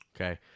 Okay